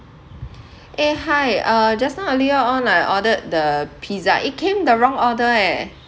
eh hi uh just now earlier on I ordered the pizza it came the wrong order eh